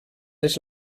les